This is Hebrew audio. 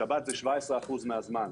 שבת זה 17% מהזמן.